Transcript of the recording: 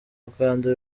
uganda